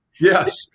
Yes